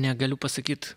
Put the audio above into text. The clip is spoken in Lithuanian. negaliu pasakyt